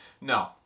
No